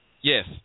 Yes